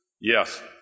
Yes